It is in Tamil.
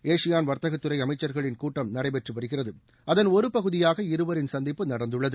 ஏஷியான் வாத்தகத் துறை அமைச்சா்களின் கூட்டம் நடைபெற்று வருகிறது அதன் ஒரு பகுதியாக இருவரின் சந்திப்பு நடந்துள்ளது